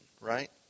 right